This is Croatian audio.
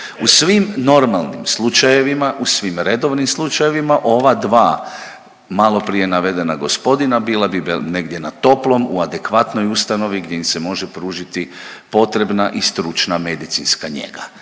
U svim normalnim slučajevima, u svim redovnim slučajevima ova dva maloprije navedena gospodina bila bi negdje na toplom, u adekvatnoj ustanovi gdje im se može pružiti potrebna i stručna medicinska njega